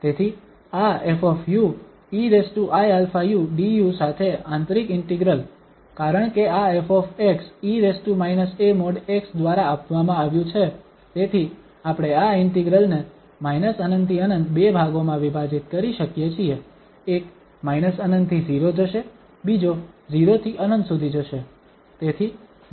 તેથી આ ƒ eiαu du સાથે આંતરિક ઇન્ટિગ્રલ કારણકે આ ƒ e a|x| દ્વારા આપવામાં આવ્યું છે તેથી આપણે આ ઇન્ટિગ્રલ ને −∞ થી ∞ બે ભાગોમાં વિભાજિત કરી શકીએ છીએ એક −∞ થી 0 જશે બીજો 0 થી ∞ સુધી જશે